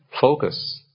focus